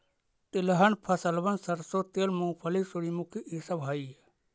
तिलहन फसलबन सरसों तेल, मूंगफली, सूर्यमुखी ई सब हई